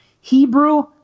Hebrew